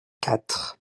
quatre